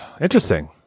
interesting